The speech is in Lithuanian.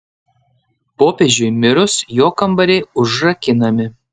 popiežiui mirus jo kambariai užrakinami